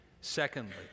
Secondly